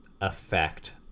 effect